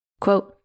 Quote